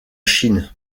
chine